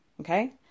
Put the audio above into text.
Okay